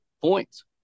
points